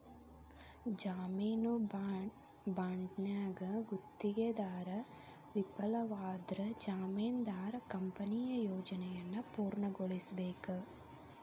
ಜಾಮೇನು ಬಾಂಡ್ನ್ಯಾಗ ಗುತ್ತಿಗೆದಾರ ವಿಫಲವಾದ್ರ ಜಾಮೇನದಾರ ಕಂಪನಿಯ ಯೋಜನೆಯನ್ನ ಪೂರ್ಣಗೊಳಿಸಬೇಕ